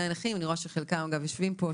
הנכים אני רואה שחלקם גם יושבים פה,